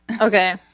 Okay